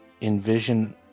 envision